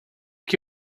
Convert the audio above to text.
que